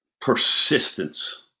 persistence